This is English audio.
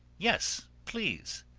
yes, please.